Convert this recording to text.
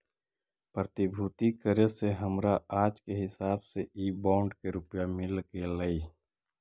प्रतिभूति करे से हमरा आज के हिसाब से इ बॉन्ड के रुपया मिल गेलइ